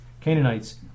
Canaanites